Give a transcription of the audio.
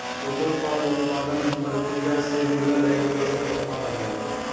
उपोत्पाद उत्पादन परकिरिया से मिलल एगो दोसर उत्पाद हई